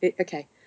okay